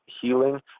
healing